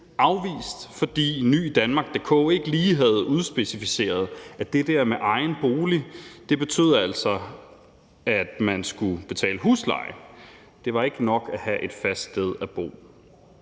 forsvandt, fordi nyidanmark.dk ikke lige have udspecificeret, at det der med egen bolig altså betød, at man skulle betale husleje. Det var ikke nok at have et fast sted at bo.